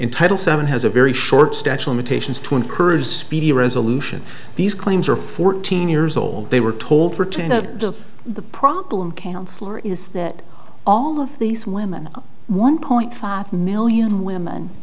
in title seven has a very short stature limitations to encourage speedy resolution these claims are fourteen years old they were told for to note the problem counsellor is that all of these women one point five million women